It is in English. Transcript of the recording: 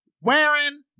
wearing